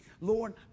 Lord